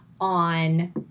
on